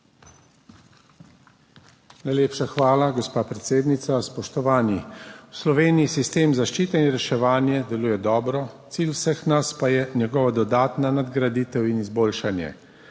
Najlepša hvala, gospa predsednica. Spoštovani! V Sloveniji sistem zaščite in reševanja deluje dobro, cilj vseh nas pa je njegova dodatna nadgraditev in izboljšanje.